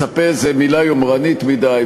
מצפה זו מילה יומרנית מדי,